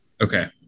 Okay